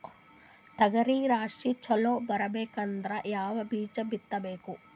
ತೊಗರಿ ರಾಶಿ ಚಲೋ ಬರಬೇಕಂದ್ರ ಯಾವ ಬೀಜ ಬಿತ್ತಬೇಕು?